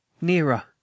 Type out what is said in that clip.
nearer